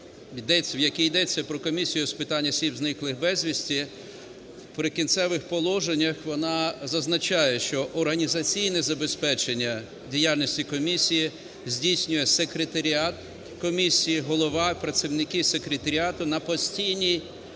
в якій йдеться про Комісію з питань осіб, зниклих безвісти, в "Прикінцевих положеннях" вона зазначає, що організаційне забезпечення діяльності комісії здійснює секретаріат комісії, голова і працівники секретаріату на постійній